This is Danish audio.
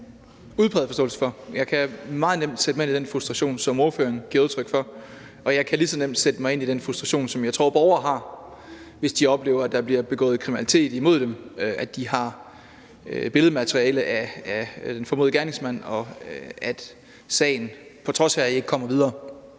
Jeg kan meget nemt sætte mig ind i den frustration, som ordføreren giver udtryk for, og jeg kan lige så nemt sætte mig ind i den frustration, som jeg tror borgere har, hvis de oplever, at der bliver begået kriminalitet imod dem, og at de har billedmateriale af den formodede gerningsmand, men at sagen på trods heraf ikke kommer videre.